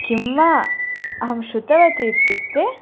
किं वा अहं श्रुतवती इत्युक्ते